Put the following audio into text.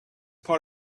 part